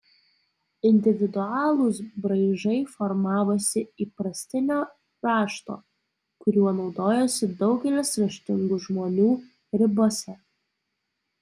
individualūs braižai formavosi įprastinio rašto kuriuo naudojosi daugelis raštingų žmonių ribose